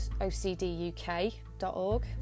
OCDUK.org